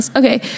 okay